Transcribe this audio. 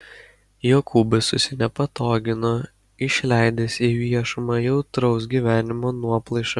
jokūbas susinepatogino išleidęs į viešumą jautraus išgyvenimo nuoplaišą